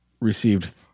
Received